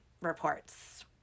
reports